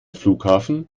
flughafen